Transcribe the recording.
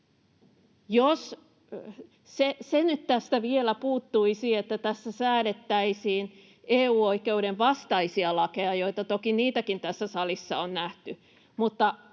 tästä vielä puuttuisi, että tässä säädettäisiin EU-oikeuden vastaisia lakeja, joita toki niitäkin tässä salissa on nähty,